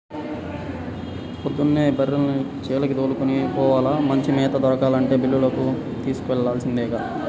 పొద్దున్నే బర్రెల్ని చేలకి దోలుకొని పోవాల, మంచి మేత దొరకాలంటే బీల్లకు తోలుకెల్లాల్సిందే గదా